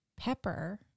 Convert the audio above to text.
pepper